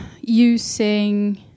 using